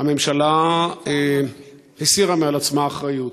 הממשלה הסירה מעל עצמה אחריות.